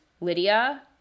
Lydia